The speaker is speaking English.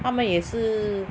他们也是